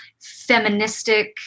feministic